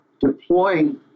deploying